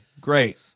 great